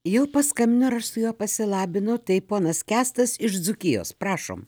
jau paskambino ir aš su juo pasilabinau tai ponas kęstas iš dzūkijos prašom